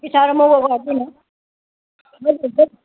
त्यति साह्रो म उयो गर्दिनँ